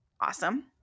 awesome